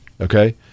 Okay